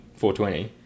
420